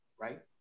right